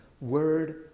word